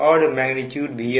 और VS